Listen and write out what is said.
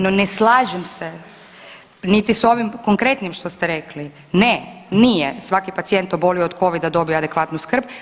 No, ne slažem se niti sa ovim konkretnim što ste rekli, ne nije svaki pacijent obolio od covida dobio adekvatnu skrb.